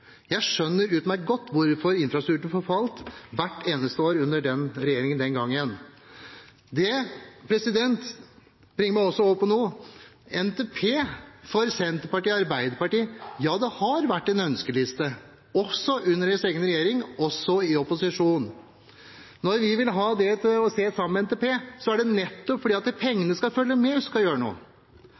Jeg skjønner utmerket godt hvorfor infrastrukturen forfalt hvert eneste år under den regjeringen den gangen. Det bringer meg over på noe annet. Nasjonal transportplan har for Senterpartiet og Arbeiderpartiet vært en ønskeliste, også under egen regjering, også i opposisjon. Når vi vil se dette sammen med NTP, er det nettopp for at pengene skal følge med når vi skal gjøre noe.